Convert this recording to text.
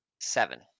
Seven